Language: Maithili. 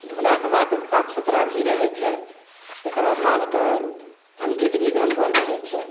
धोलाके बाद साफ सुथरा भी रहै छै तकर बाद मालके ठण्डित भी जानवर रहै छै